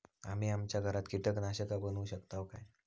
आम्ही आमच्या घरात कीटकनाशका बनवू शकताव काय?